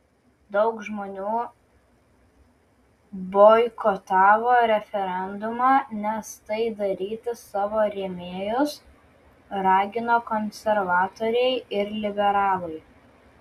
daug žmonių boikotavo referendumą nes tai daryti savo rėmėjus ragino konservatoriai ir liberalai